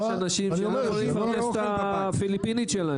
יש אנשים מבוגרים שלא יכולים לפרנס את הפיליפינית שלהם.